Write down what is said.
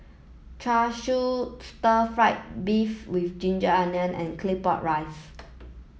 Char Siu Stir Fried Beef with Ginger Onions and Claypot Rice